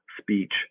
speech